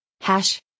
Hash